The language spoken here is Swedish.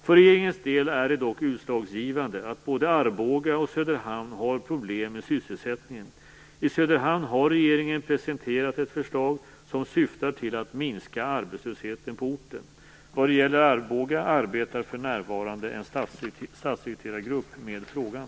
För regeringens del är det dock utslagsgivande att både Arboga och Söderhamn har problem med sysselsättningen. I Söderhamn har regeringen presenterat ett förslag som syftar till att minska arbetslösheten på orten. Vad det gäller Arboga arbetar för närvarande en statssekreterargrupp med frågan.